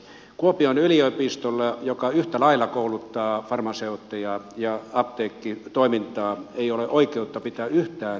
kuopion yliopistolla joka yhtä lailla kouluttaa farmaseutteja ja harjoittaa apteekkitoimintaa ei ole oikeutta pitää yhtään sivuapteekkia suomessa